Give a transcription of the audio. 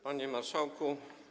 Panie Marszałku!